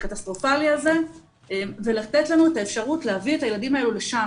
הקטסטרופלי הזה ולתת לנו את האפשרות להביא את הילדים האלה לשם.